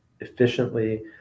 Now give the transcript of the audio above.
efficiently